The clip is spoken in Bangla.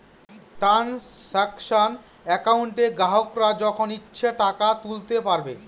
ট্রানসাকশান একাউন্টে গ্রাহকরা যখন ইচ্ছে টাকা তুলতে পারবে